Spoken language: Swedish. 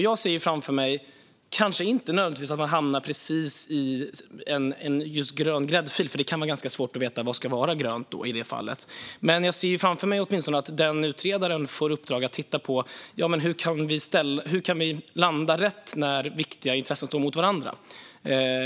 Jag ser framför mig kanske inte nödvändigtvis att man hamnar just i en grön gräddfil, för det kan vara ganska svårt att veta vad som ska vara grönt, men åtminstone att utredaren får i uppdrag att titta på hur vi kan landa rätt när viktiga intressen står mot varandra.